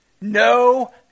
no